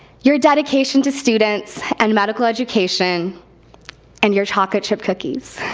your dedication to students and medical education and your chocolate chip cookies.